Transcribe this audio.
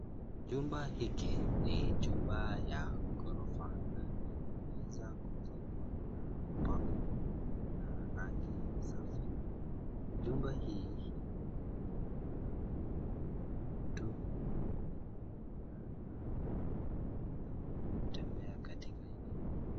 Jumba hiki ni jumba ya ghorofa na imeweza kujengwa na kupakwa na rangi safi. Jumba hii ni kubwa na kuna mtu ambaye anaweza kutembea katika eneo hii.